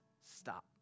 stop